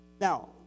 Now